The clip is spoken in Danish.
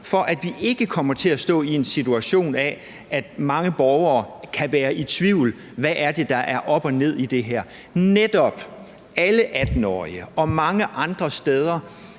for at vi ikke kommer til at stå i den situation, at mange borgere kan være i tvivl om, hvad der er op og ned i det her. Netop hvad angår alle 18-årige og mange andre steder,